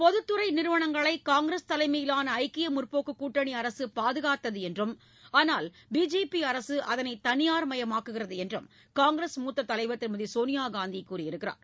பொதுத்துறை நிறுவனங்களை காங்கிரஸ் தலைமையிலான ஐக்கிய முற்போக்கு கூட்டணி அரசு பாதுகாத்தது என்றும் ஆனால் பிஜேபி அரசு அதனை தளியார்மயமாக்குகிறது என்றும் காங்கிரஸ் மூத்தத் தலைவர் திருமதி சோனியாகாந்தி கூறியிருக்கிறார்